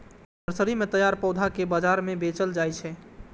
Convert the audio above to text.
nursery मे तैयार पौधा कें बाजार मे बेचल जाइ छै